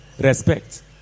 respect